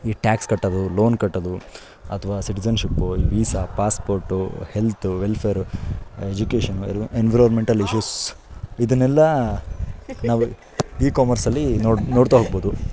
ಈ ಟ್ಯಾಕ್ಸ್ ಕಟ್ಟೋದು ಲೋನ್ ಕಟ್ಟೋದು ಅಥವಾ ಸಿಟಿಜನ್ಶಿಪ್ಪು ಈ visa passport health welfare education environmental issues ಇದನ್ನೆಲ್ಲ ನಾವು ಈ ಕಾಮರ್ಸಲ್ಲಿ ನೋಡಿ ನೋಡ್ತಾ ಹೋಗ್ಬೋದು